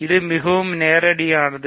இது மிகவும் நேரடியானது